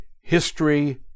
history